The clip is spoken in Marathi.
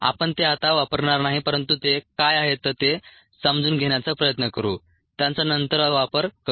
आपण ते आता वापरणार नाही परंतु ते काय आहेत ते समजून घेण्याचा प्रयत्न करू त्यांचा नंतर वापर करू